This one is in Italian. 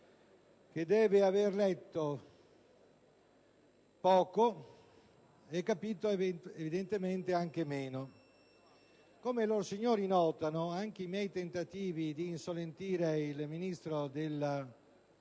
che deve aver letto poco e capito evidentemente anche meno. Come lor signori notano, anche i miei tentativi di insolentire il Ministro della